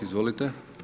Izvolite.